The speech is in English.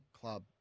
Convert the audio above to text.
club